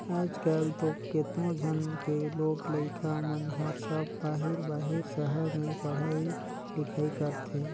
आयज कायल तो केतनो झन के लोग लइका मन हर सब बाहिर बाहिर सहर में पढ़ई लिखई करथे